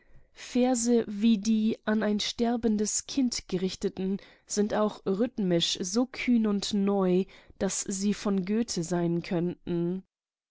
verse wie die an ein sterbendes kind gerichteten sind rhythmisch so kühn und neu daß sie von goethe sein könnten